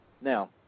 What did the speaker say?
Now